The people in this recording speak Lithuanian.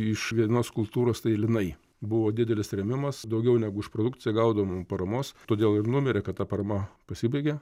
iš vienos kultūros tai linai buvo didelis rėmimas daugiau negu už produkciją gaudavom paramos todėl ir numirė kad ta parama pasibaigė